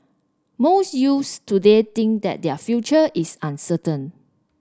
most youths today think that their future is uncertain